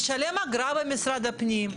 לשלם אגרה למשרד הפנים,